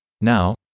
Now